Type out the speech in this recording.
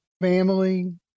family